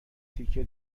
تیکه